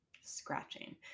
scratching